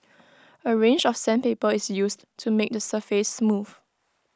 A range of sandpaper is used to make the surface smooth